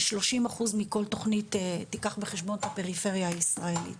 ששלושים אחוז מכל תכנית תיקח בחשבון את הפריפריה הישראלית.